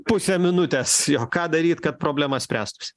pusę minutės jo ką daryti kad problema spręstųsi